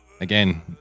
Again